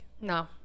no